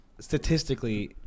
statistically